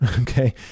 Okay